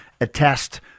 attest